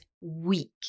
weak